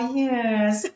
yes